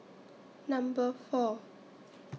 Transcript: Number four